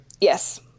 Yes